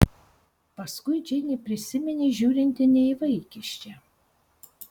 paskui džeinė prisiminė žiūrinti ne į vaikiščią